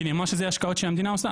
כי נאמר שזה השקעות שהמדינה עושה.